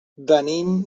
venim